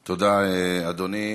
תודה, אדוני.